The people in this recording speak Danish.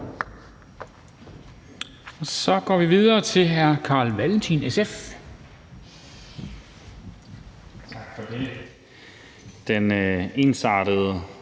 så går vi videre til hr. Carl Valentin, SF.